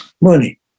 money